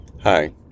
Hi